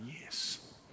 yes